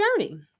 journey